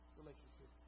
relationship